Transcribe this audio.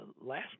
last